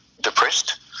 depressed